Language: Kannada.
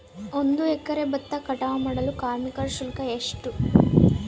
ಒಂದು ಎಕರೆ ಭತ್ತ ಕಟಾವ್ ಮಾಡಲು ಕಾರ್ಮಿಕ ಶುಲ್ಕ ಎಷ್ಟು?